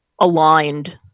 aligned